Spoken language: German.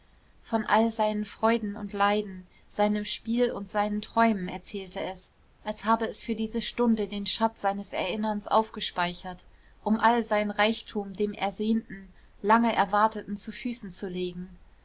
von all seinen freuden und leiden seinem spiel und seinen träumen erzählte es als habe es für diese stunde den schatz seines erinnerns aufgespeichert um all seinen reichtum dem ersehnten lange erwarteten zu füßen zu legen